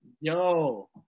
Yo